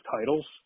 titles